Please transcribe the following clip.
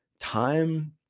Time